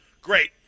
Great